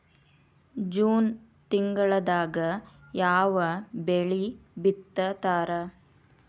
June ತಿಂಗಳದಾಗ ಯಾವ ಬೆಳಿ ಬಿತ್ತತಾರ?